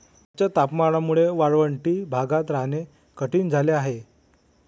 उच्च तापमानामुळे वाळवंटी भागात राहणे कठीण झाले आहे